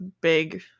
big